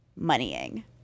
moneying